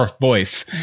voice